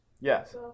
Yes